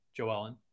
Joellen